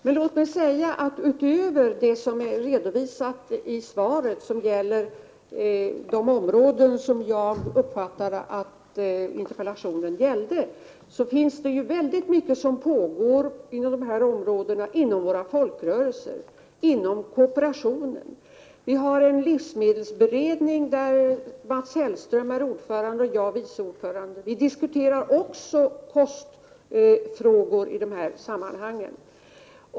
Men låt mig säga att utöver det som är redovisat i svaret, som gäller det område som jag uppfattade att interpellationen gällde, finns det väldigt mycket som pågår på de här områdena inom våra folkrörelser, t.ex. inom kooperationen. I livsmedelsberedningen, där Mats Hellström är ordförande och jag vice ordförande, diskuterar vi också kostfrågor i de här sammanhangen.